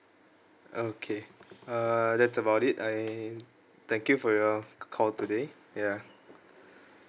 okay uh that's about it I and thank you for your call today yeah